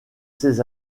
ses